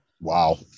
Wow